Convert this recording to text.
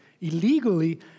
illegally